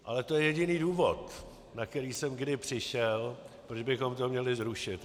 Ale to je jediný důvod, na který jsem kdy přišel, proč bychom to měli zrušit.